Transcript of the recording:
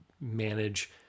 manage